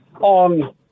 on